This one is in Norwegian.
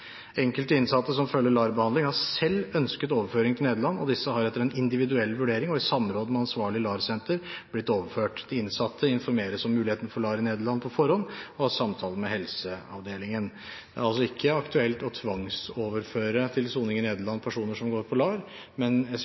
Enkelte innsatte som følger LAR-behandling, har selv ønsket overføring til Nederland, og disse har etter en individuell vurdering og i samråd med ansvarlig LAR-senter blitt overført. De innsatte informeres om muligheten for LAR i Nederland på forhånd og har samtale med helseavdelingen. Det er altså ikke aktuelt å tvangsoverføre til soning i Nederland personer som går på LAR, men